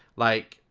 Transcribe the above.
like,